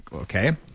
okay,